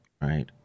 right